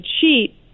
cheat